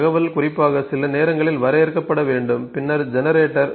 தகவல் குறிப்பாக சில நேரங்களில் வரையறுக்கப்பட வேண்டும் பின்னர் ஜெனரேட்டர்